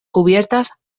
cubiertas